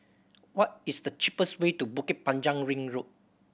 what is the cheapest way to Bukit Panjang Ring Road